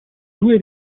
due